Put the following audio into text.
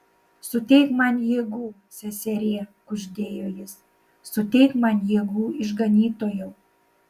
suteik man jėgų seserie kuždėjo jis suteik man jėgų išganytojau